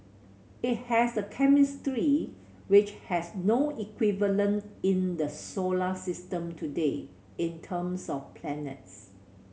it has a chemistry which has no equivalent in the solar system today in terms of planets